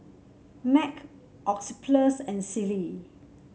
Mac Oxyplus and Sealy